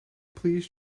please